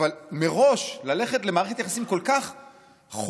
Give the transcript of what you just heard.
אבל מראש ללכת למערכת יחסים כל כך חולה,